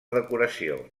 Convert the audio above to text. decoració